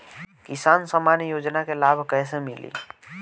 किसान सम्मान योजना के लाभ कैसे मिली?